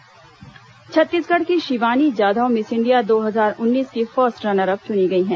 miss India Chhattisgarh की Shivani Jadhav miss India दो हजार उन्नीस की फर्स्ट रनर अप चुनी गई हैं